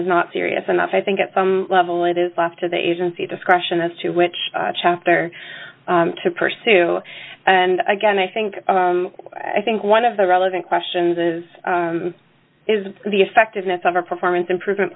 is not serious enough i think at some level it is left to the agency discretion as to which chapter to pursue and again i think i think one of the relevant questions is is the effectiveness of our performance improvement